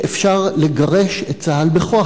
שאפשר לגרש את צה"ל בכוח,